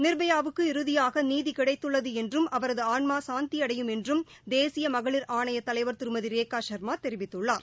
நிர்பயாவுக்கு இறுதியாக நீதி கிடைத்துள்ளது என்றும் அவரது ஆன்ம சாந்தியடையும் என்றும் தேசிய மகளிர் ஆணைய தலைவர் திருமதி ரேகா சர்மா தெரிவித்துள்ளார்